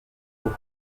haut